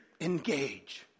Engage